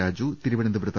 രാജു തിരുവനന്തപുരത്ത്